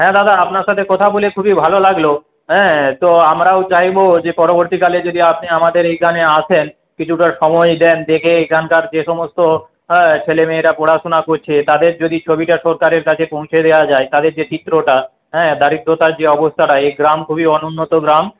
হ্যাঁ দাদা আপনার সাথে কথা বলে খুবই ভালো লাগল হ্যাঁ তো আমরাও চাইব যে পরবর্তীকালে যদি আপনি আমাদের এইখানে আসেন কিছুটা সময় দেন দেখে এইখানকার যে সমস্ত হ্যাঁ ছেলেমেয়েরা পড়াশোনা করছে তাদের যদি ছবিটা সরকারের কাছে পৌঁছে দেওয়া যায় তাদের যে চিত্রটা হ্যাঁ দারিদ্রতার যে অবস্থাটা এই গ্রাম খুবই অনুন্নত গ্রাম